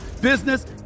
business